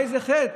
על איזה חטא?